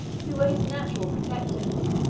who were his natural protectors,